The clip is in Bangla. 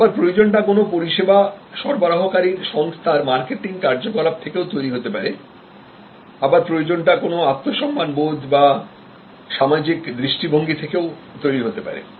আবার প্রয়োজনটা কোন পরিষেবাসরবরাহকারী সংস্থার মার্কেটিং কার্যকলাপ থেকে তৈরি হতে পারে আবার প্রয়োজন টা কোন আত্মসম্মানবোধ বা সামাজিক দৃষ্টিভঙ্গি থেকেও তৈরি হতে পারে